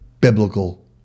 biblical